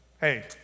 Hey